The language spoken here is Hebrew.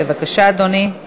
בבקשה, אדוני.